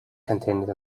contained